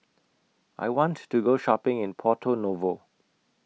I want to Go Shopping in Porto Novo